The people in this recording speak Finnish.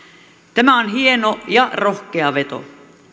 tämä on hieno ja rohkea veto